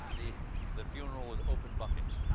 the the funeral was open bucket.